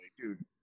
Dude